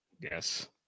Yes